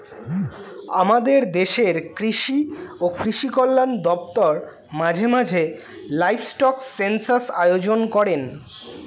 আমাদের দেশের কৃষি ও কৃষি কল্যাণ দপ্তর মাঝে মাঝে লাইভস্টক সেন্সাস আয়োজন করেন